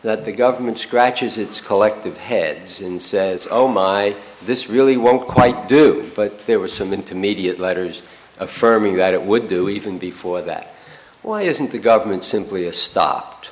that the government scratches its collective heads and says oh my this really won't quite do but there were some intermediate letters affirming that it would do even before that why isn't the government simply a stopped